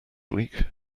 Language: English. week